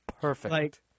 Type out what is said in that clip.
Perfect